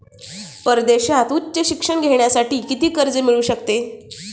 परदेशात उच्च शिक्षण घेण्यासाठी किती कर्ज मिळू शकते?